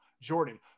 Jordan